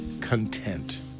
content